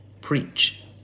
preach